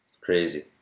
Crazy